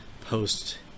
post